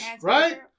Right